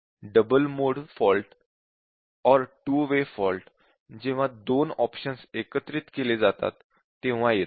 double mode fault 2 way fault जेव्हा दोन option एकत्रित केले जातात तेव्हा येतो